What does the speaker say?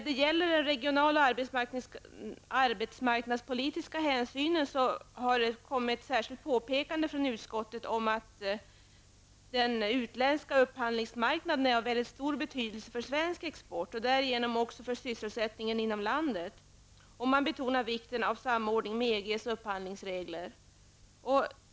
Vad gäller regional och arbetsmarknadspolitiska hänsyn har det kommit ett särskilt påpekande från utskottet om att utländska upphandlingsmarknader är av stor betydelse för svensk export och därmed också för sysselsättningen inom landet. Man betonar också vikten av samordning med EGs upphandlingsregler.